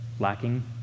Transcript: lacking